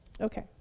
Okay